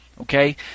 Okay